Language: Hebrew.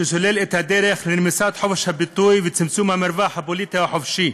שסולל את הדרך לרמיסת חופש הביטוי ולצמצום המרווח הפוליטי החופשי.